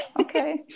Okay